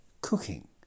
cooking